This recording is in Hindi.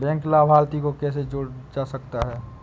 बैंक लाभार्थी को कैसे जोड़ा जा सकता है?